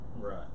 right